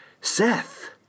Seth